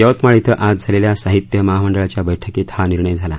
यवतमाळ इथं आज झाले या साहि य महामंडळा या बैठक त हा निणय झाला